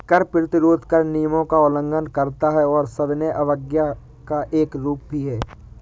कर प्रतिरोध कर नियमों का उल्लंघन करता है और सविनय अवज्ञा का एक रूप भी है